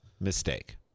mistake